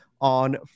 on